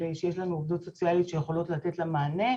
שיש לנו עובדות סוציאליות שיכולות לתת לה מענה,